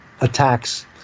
attacks